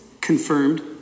confirmed